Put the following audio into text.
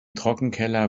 trockenkeller